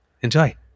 enjoy